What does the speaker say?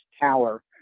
Tower